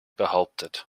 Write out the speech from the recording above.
behauptet